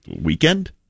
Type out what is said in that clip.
weekend